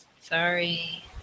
Sorry